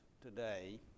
today